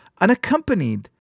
unaccompanied